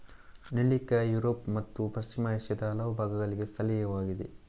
ನೆಲ್ಲಿಕಾಯಿ ಯುರೋಪ್ ಮತ್ತು ಪಶ್ಚಿಮ ಏಷ್ಯಾದ ಹಲವು ಭಾಗಗಳಿಗೆ ಸ್ಥಳೀಯವಾಗಿದೆ